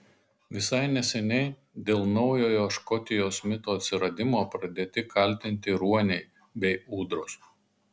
visai neseniai dėl naujojo škotijos mito atsiradimo pradėti kaltinti ruoniai bei ūdros